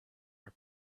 our